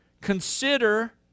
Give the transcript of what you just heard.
Consider